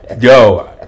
Yo